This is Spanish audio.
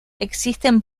existen